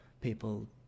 people